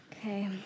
Okay